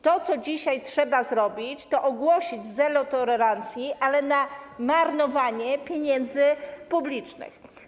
To, co dzisiaj trzeba zrobić, to ogłosić zero tolerancji, ale dla marnowania pieniędzy publicznych.